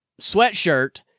sweatshirt